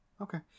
Okay